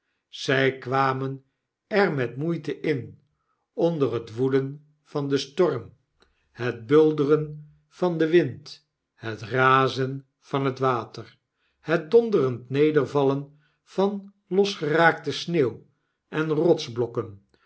zij kwamen er met moeite in onder het woeden van den storm het bulderen van den wind het razen van het water het donderend nedervallen van losgeraakte sneeuw en